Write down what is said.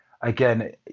again